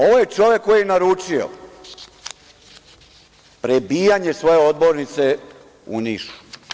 Ovo je čovek koji je naručio prebijanje svoje odbornice u Nišu.